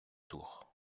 tours